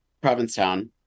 Provincetown